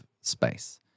space